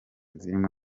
zirimo